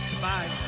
Bye